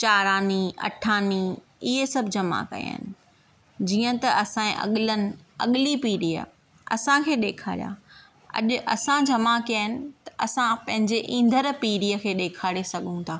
चारि आनी अठ आनी इएं सभु जमा कया आहिनि जीअं त असांजे अॻिलनि अॻिली पीड़ीअ असांखे ॾेखारिया अॼु असां जमा कया आहिनि त असां पंहिंजे ईंदड़ पीड़ीअ खे ॾेखारे सघूं था